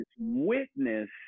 witness